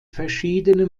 verschiedene